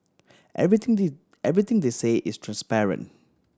everything everything they say is transparent